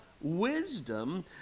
wisdom